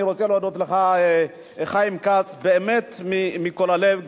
אני רוצה להודות לך, חיים כץ, באמת מכל הלב.